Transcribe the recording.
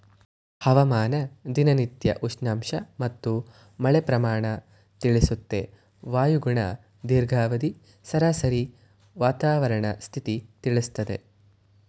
ಹವಾಮಾನ ದಿನನಿತ್ಯ ಉಷ್ಣಾಂಶ ಮತ್ತು ಮಳೆ ಪ್ರಮಾಣ ತಿಳಿಸುತ್ತೆ ವಾಯುಗುಣ ದೀರ್ಘಾವಧಿ ಸರಾಸರಿ ವಾತಾವರಣ ಸ್ಥಿತಿ ತಿಳಿಸ್ತದೆ